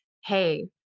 hey